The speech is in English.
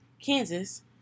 Kansas